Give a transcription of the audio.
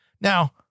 Now